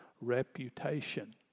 reputation